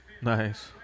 Nice